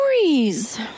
stories